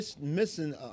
missing